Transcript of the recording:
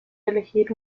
elegir